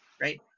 right